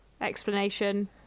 explanation